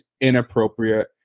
inappropriate